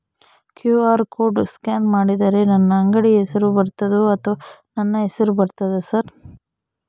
QR code scan ಮಾಡಿದರೆ ನನ್ನ ಅಂಗಡಿ ಹೆಸರು ಬರ್ತದೋ ಅಥವಾ ನನ್ನ ಹೆಸರು ಬರ್ತದ ಸರ್?